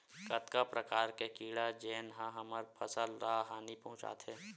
कतका प्रकार के कीड़ा जेन ह हमर फसल ल हानि पहुंचाथे?